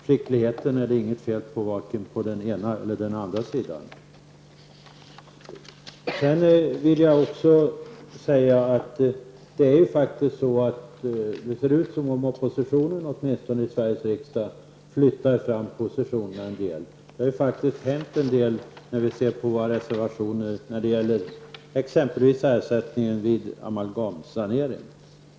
Skickligheten är det inget fel på vare sig på den ena eller på den andras sida. Det ser faktiskt ut som om i varje fall oppositionen flyttar fram positionerna en hel del. Det har hänt en hel del med våra reservationer, exempelvis i frågan om ersättning för amalgamsanering.